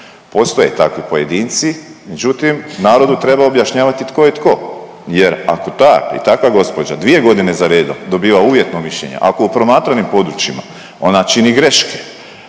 Postoje takvi pojedinci, međutim, narodu treba objašnjavati tko je to jer ako ta i takva gđa dvije godine zaredom dobiva uvjetno mišljenje, ako u promatranim područjima ona čini greške,